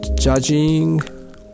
judging